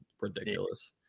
ridiculous